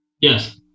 Yes